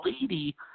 lady